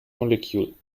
molecule